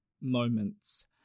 moments